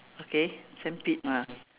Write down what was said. okay sandpit ah